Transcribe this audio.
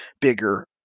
bigger